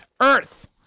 earth